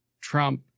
Trump